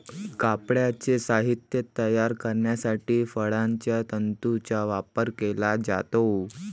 कापडाचे साहित्य तयार करण्यासाठी फळांच्या तंतूंचा वापर केला जातो